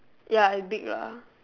ya is big lah